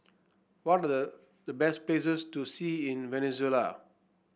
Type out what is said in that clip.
what the the best places to see in Venezuela